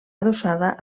adossada